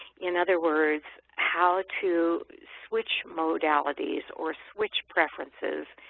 in other words, how to switch modalities or switch preferences.